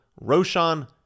Roshan